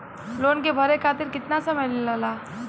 Loan के भरे खातिर कितना समय मिलेला?